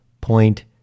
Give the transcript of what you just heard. point